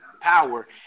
power